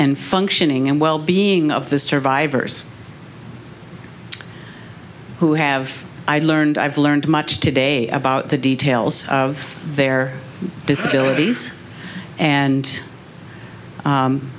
and functioning and well being of the survivors who have i learned i've learned much today about the details of their disabilities and